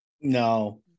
No